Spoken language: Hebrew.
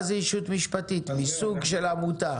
מסוג של עמותה.